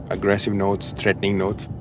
aggressive notes, threatening notes.